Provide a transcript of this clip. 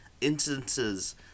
instances